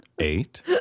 Eight